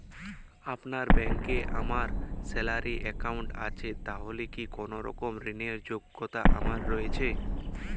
আপনার ব্যাংকে আমার স্যালারি অ্যাকাউন্ট আছে তাহলে কি কোনরকম ঋণ র যোগ্যতা আমার রয়েছে?